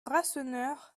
rasseneur